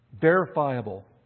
Verifiable